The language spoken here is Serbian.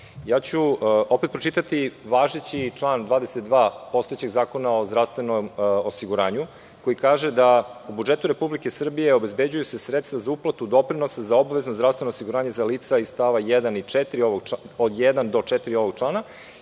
ću pročitati važeći član 22. postojećeg Zakona o zdravstvenom osiguranju, koji kaže da se u budžetu Republike Srbije obezbeđuju sredstva za uplatu doprinosa za obavezno zdravstveno osiguranje za lica iz st. od 1. do 4. ovog člana